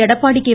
Edappadi K